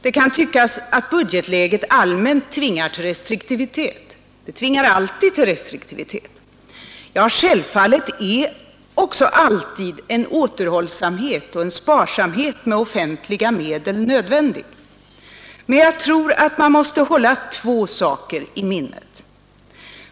Det kan tyckas att budgetläget allmänt tvingar till en restriktivitet. Det gör det alltid. Och självfallet är det också alltid nödvändigt med återhållsamhet och sparsamhet med offentliga medel. Men jag tror att man här måste hålla två saker i minnet.